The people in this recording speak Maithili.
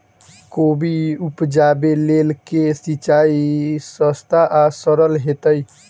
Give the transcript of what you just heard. कोबी उपजाबे लेल केँ सिंचाई सस्ता आ सरल हेतइ?